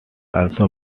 also